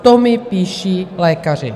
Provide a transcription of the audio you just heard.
To mi píší lékaři.